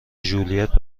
ژولیت